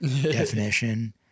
definition